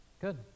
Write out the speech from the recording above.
Good